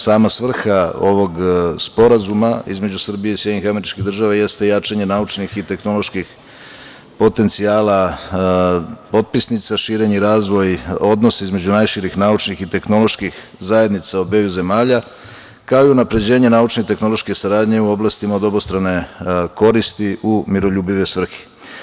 Sama svrha ovog Sporazuma između Srbije i SAD jeste jačanje naučnih i tehnoloških potencijala potpisnica, širenje i razvoj odnosa između najširih naučnih i tehnoloških zajednica obeju zemalja, kao i unapređenje naučne i tehnološke saradnje u oblastima od obostrane koristi u miroljubive svrhe.